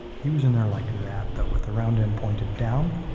he was in there like that, that with the round end pointed down.